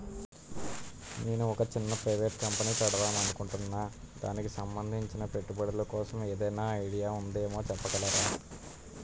నేను ఒక చిన్న ప్రైవేట్ కంపెనీ పెడదాం అనుకుంటున్నా దానికి సంబందించిన పెట్టుబడులు కోసం ఏదైనా ఐడియా ఉందేమో చెప్పగలరా?